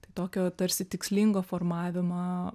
tai tokio tarsi tikslingo formavimą